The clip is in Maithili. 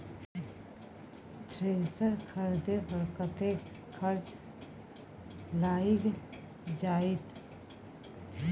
थ्रेसर खरीदे पर कतेक खर्च लाईग जाईत?